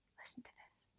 listen to this.